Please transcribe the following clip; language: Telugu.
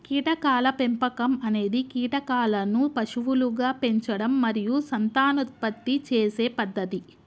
కీటకాల పెంపకం అనేది కీటకాలను పశువులుగా పెంచడం మరియు సంతానోత్పత్తి చేసే పద్ధతి